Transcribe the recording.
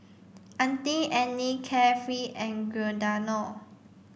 Auntie Anne Carefree and Giordano